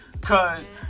cause